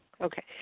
Okay